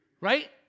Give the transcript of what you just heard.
Right